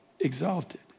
exalted